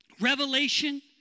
revelation